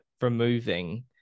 removing